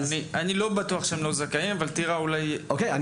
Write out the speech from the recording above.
אני לא בטוח שהם לא זכאים, אבל טירה אולי יודעת.